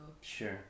sure